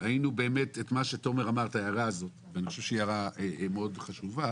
ההערה של תומר מאוד חשובה